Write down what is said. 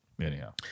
Anyhow